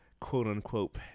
quote-unquote